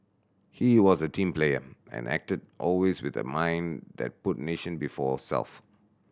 he was a team player and acted always with a mind that put nation before self